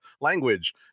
language